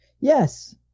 yes